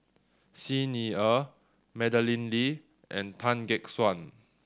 Xi Ni Er Madeleine Lee and Tan Gek Suan